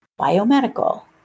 biomedical